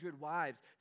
wives